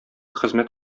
хезмәт